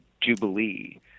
jubilee